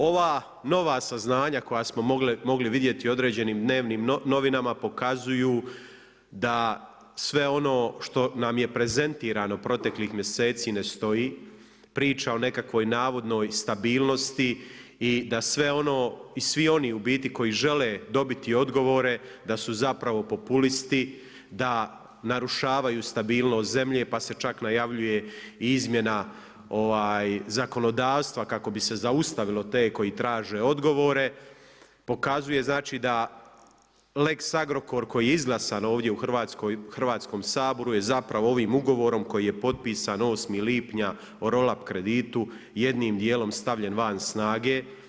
Ova nova saznanja koja smo mogli vidjeti u određenim dnevnim novinama pokazuju da sve ono što nam je prezentirano proteklih mjeseci ne stoji, priča o nekakvoj navodnoj stabilnosti i da svi oni u biti koji žele dobiti odgovore, da su zapravo populisti, da narušavaju stabilnost zemlje pa se čak najavljuje izmjena zakonodavstva kako bi se zaustavilo te koji traže odgovore pokazuje znači da, Lex Agrokor koji je izglasan u Hrvatskom saboru je zapravo ovim ugovorom koji je potpisan 8. lipnja o roll up kreditu jednim djelom stavljen van snage.